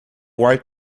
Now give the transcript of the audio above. wiped